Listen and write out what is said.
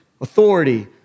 authority